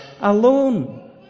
alone